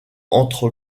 entre